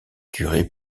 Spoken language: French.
durer